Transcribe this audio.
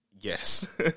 Yes